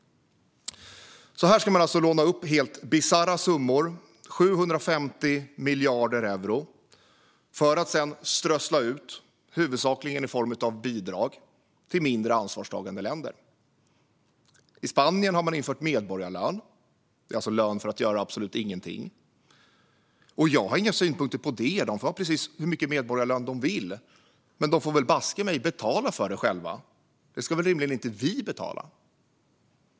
Här ska man alltså låna upp helt bisarra summor - 750 miljarder euro - för att sedan strössla ut dem, huvudsakligen i form av bidrag till mindre ansvarstagande länder. Spanien har infört medborgarlön, alltså lön för att göra absolut ingenting. Jag har inga synpunkter på det; de får ha precis hur mycket medborgarlön de vill. Men de får baske mig betala det själva. Det ska väl rimligen inte vi betala?